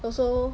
also